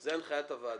זו הנחיית הוועדה.